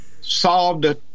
solved